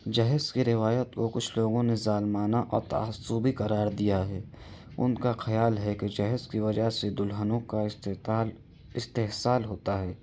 جہیز کی روایت کو کچھ لوگوں نے ظالمانہ اور تعصبی قرار دیا ہے ان کا خیال ہے کہ جہیز کی وجہ سے دلہنوں کا استحصال استحصال ہوتا ہے